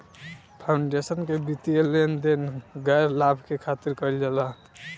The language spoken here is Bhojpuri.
फाउंडेशन के वित्तीय लेन देन गैर लाभ के खातिर कईल जाला